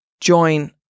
join